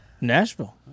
nashville